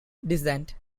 descent